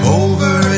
over